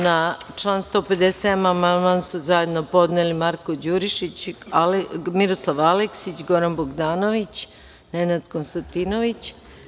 Na član 157. amandman su zajedno podneli narodni poslanici Marko Đurišić, Miroslav Aleksić, Goran Bogdanović i Nenad Konstantinović.